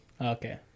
Okay